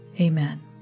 Amen